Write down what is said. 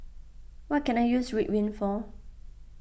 what can I use Ridwind for